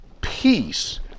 peace